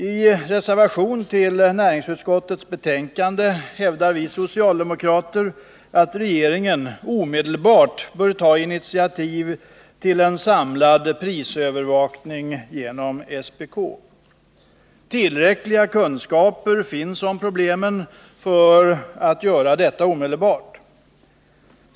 I reservation till näringsutskottets betänkande hävdar vi socialdemokrater att regeringen omedelbart bör ta initiativ till en samlad prisövervakning genom SPK. Tillräckliga kunskaper finns om problemen för att göra detta omedelbart.